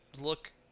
look